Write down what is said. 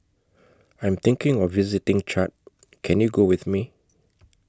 I'm thinking of visiting Chad Can YOU Go with Me